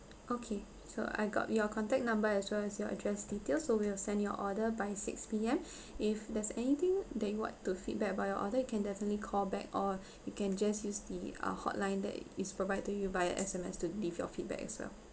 okay so I got your contact number as well as your address details so we will send your order by six P_M if there's anything that you want to feedback about your order you can definitely call back or you can just use the uh hotline that is provide to you via SMS to leave your feedback as well